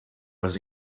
was